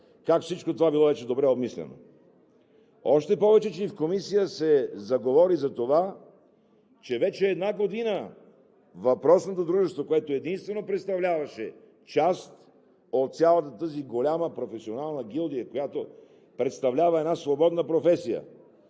как всичко това било вече обмислено. Още повече, че и в Комисията се заговори за това, че вече една година въпросното Дружество, което единствено представляваше част от цялата тази голяма професионална гилдия, която представлява една свободна професия